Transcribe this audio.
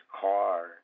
Car